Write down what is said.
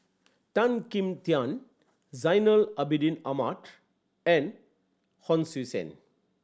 Tan Kim Tian Zainal Abidin Ahmad and Hon Sui Sen